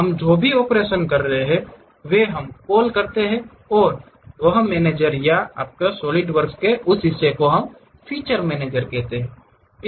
हम जो भी ऑपरेशन कर रहे हैं वे हम कॉल करते हैं और वह मैनेजर या आपके सॉलिडवर्क्स के उस हिस्से को हम फीचर मैनेजर कहते हैं